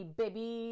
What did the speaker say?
baby